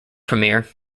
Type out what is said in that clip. premier